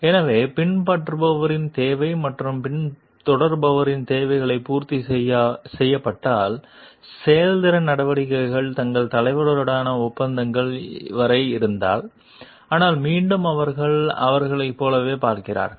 எனவே பின்பற்றுபவரின் தேவைகள் அல்லது பின்தொடருபவரின் தேவைகள் பூர்த்தி செய்யப்பட்டால் செயல்திறன் நடவடிக்கைகள் தங்கள் தலைவருடனான ஒப்பந்தங்கள் வரை இருந்தால் ஆனால் மீண்டும் நீங்கள் அவர்களைப் போலவே பார்க்கிறீர்கள்